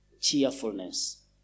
cheerfulness